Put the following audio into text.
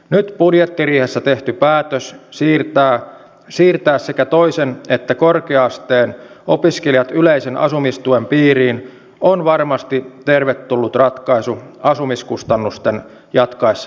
nyt budjettiriihessä tehty päätös siirtää sekä toisen että korkean asteen opiskelijat yleisen asumistuen piiriin on varmasti tervetullut ratkaisu asumiskustannusten jatkaessa nousuaan